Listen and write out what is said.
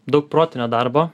daug protinio darbo